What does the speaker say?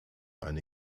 eine